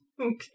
Okay